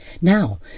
Now